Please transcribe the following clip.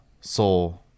soul